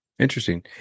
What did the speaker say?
Interesting